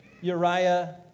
Uriah